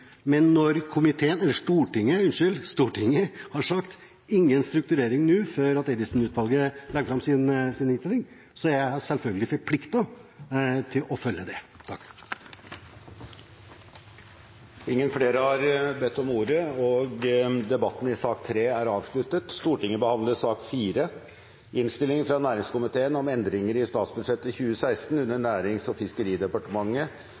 men når Stortinget har sagt ingen strukturering nå før Eidesen-utvalget legger fram sin innstilling, er jeg selvfølgelig forpliktet til å følge det. Flere har ikke bedt om ordet